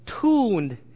Tuned